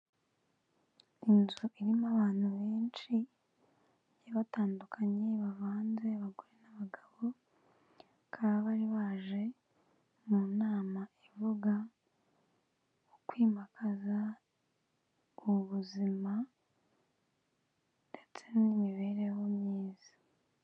Inzu irimo abantu benshi bagiye batandukanye bavanze abagore n'abagabo, bakaba bari baje mu nama ivuga mu kwimakaza ubuzima ndetse n'imibereho myiza.